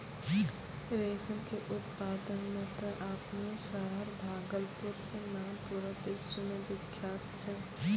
रेशम के उत्पादन मॅ त आपनो शहर भागलपुर के नाम पूरा विश्व मॅ विख्यात छै